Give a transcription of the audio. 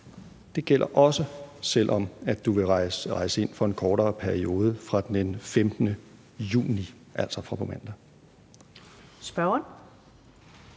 Det gælder også, selv om du vil rejse ind for en kortere periode, fra den 15. juni,